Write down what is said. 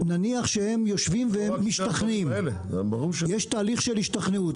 -- נניח והם יושבים ומשתכנעים יש תהליך של השתכנעות,